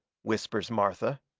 whispers martha.